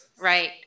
right